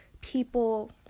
people